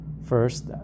First